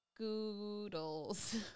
Goodles